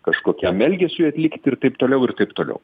kažkokiam elgesiui atlikti ir taip toliau ir taip toliau